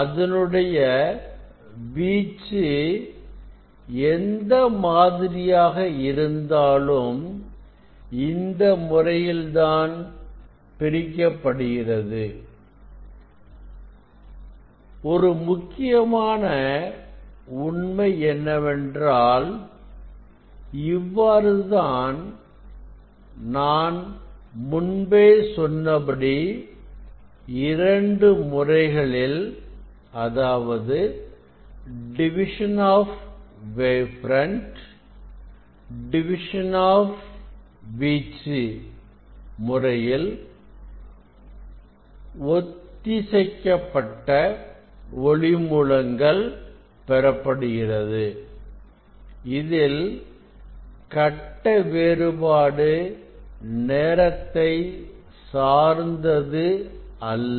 அதனுடைய வீச்சு எந்த மாதிரியாக இருந்தாலும் இந்த முறையில் தான் பிரிக்கப்படுகிறது ஒரு முக்கியமான உண்மை என்னவென்றால் இவ்வாறுதான் நான் முன்பே சொன்னபடி இரண்டு முறைகளில் அதாவது division of wave front division of வீச்சு முறையில் ஒத்திவைக்கப்பட்ட ஒளி மூலங்கள் பெறப்படுகிறது இதில் கட்ட வேறுபாடு நேரத்தை சார்ந்தது அல்ல